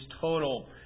total